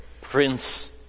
Prince